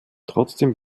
trotzdem